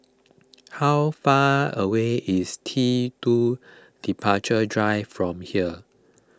how far away is T two Departure Drive from here